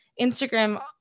Instagram